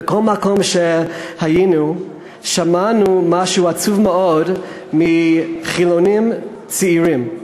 בכל מקום שהיינו שמענו משהו עצוב מאוד מחילונים צעירים.